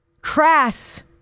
crass